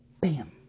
bam